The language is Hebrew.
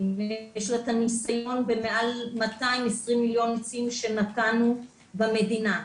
ומעל 220 מיליון עצים שנטענו במדינה.